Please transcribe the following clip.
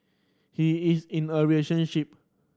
he is in a relationship